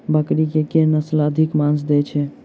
बकरी केँ के नस्ल अधिक मांस दैय छैय?